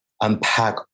unpack